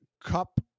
cup